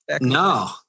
No